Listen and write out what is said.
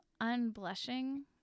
unblushing